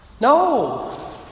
No